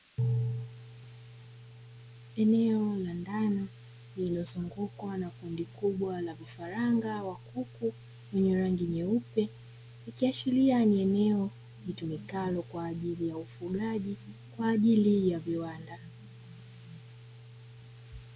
Eneo la ndani lililozungukwa na kundi kubwa la vifaranga wa kuku wenye rangi nyeupe, ikiashiria ni eneo litumikalo kwa ajili ya ufugaji kwa ajili ya viwanda.